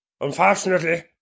unfortunately